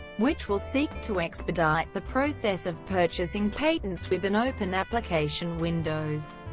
which will seek to expedite the process of purchasing patents with an open application windows.